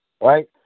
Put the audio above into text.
right